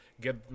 get